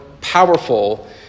powerful